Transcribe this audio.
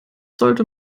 sollte